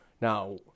Now